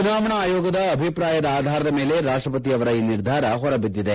ಚುನಾವಣಾ ಆಯೋಗದ ಅಭಿಪ್ರಾಯದ ಆಧಾರದ ಮೇಲೆ ರಾಷ್ಟ ಪತಿ ಅವರ ಈ ನಿರ್ಧಾರ ಹೊರಬಿದ್ದಿದೆ